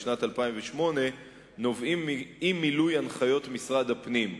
לשנת 2008 נובעים מאי-מילוי הנחיות משרד הפנים.